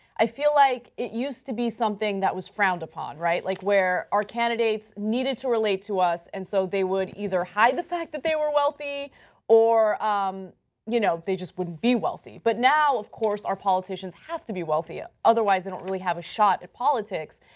i feel like it used to be something that was frowned upon, like where our candidates needed to relate to us and so that would either hide the fact that they were wealthy or um you know they just wouldn't be wealthy. but now of course our politicians have to be wealthy, ah otherwise they don't really have a shot at politics.